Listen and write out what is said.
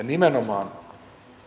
nimenomaan